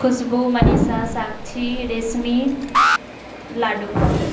Khushboo Manisha Sakshi Reshmi Lado